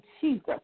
Jesus